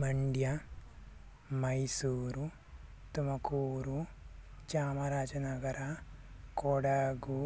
Mandya Mysuru Tumakuru Chamarajanagar Kodagu